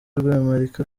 rwemarika